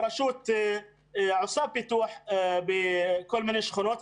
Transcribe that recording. הרשות עושה פיתוח בכל מיני שכונות,